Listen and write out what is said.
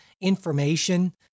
information